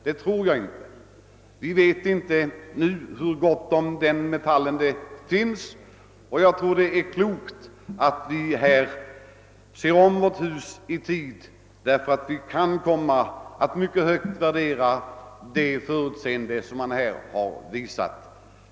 Jag tror inte att så blir fallet. Vi vet inte hur mycket av denna metall som finns och det är klokt att se om sitt hus i tid. Vi kan komma att mycket högt värdera det förutseende man här har visat.